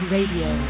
Radio